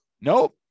nope